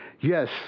Yes